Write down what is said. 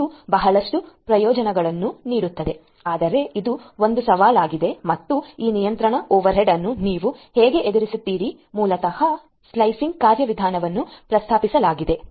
ಇದು ಬಹಳಷ್ಟು ಪ್ರಯೋಜನಗಳನ್ನು ನೀಡುತ್ತದೆ ಆದರೆ ಇದು ಒಂದು ಸವಾಲಾಗಿದೆ ಮತ್ತು ಈ ನಿಯಂತ್ರಣ ಓವರ್ಹೆಡ್ ಅನ್ನು ನೀವು ಹೇಗೆ ಎದುರಿಸುತ್ತೀರಿ ಮೂಲತಃ ಸ್ಲೈಸಿಂಗ್ ಕಾರ್ಯವಿಧಾನವನ್ನು ಪ್ರಸ್ತಾಪಿಸಲಾಗಿದೆ